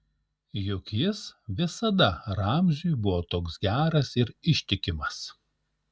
juk jis visada ramziui buvo toks geras ir ištikimas